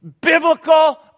biblical